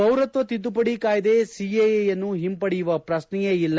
ಪೌರತ್ವ ತಿದ್ದುಪಡಿ ಕಾಯಿದೆ ಸಿಎಎಯನ್ನು ಹಿಂಪಡೆಯುವ ಪ್ರಶ್ನೆಯೇ ಇಲ್ಲ